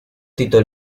tito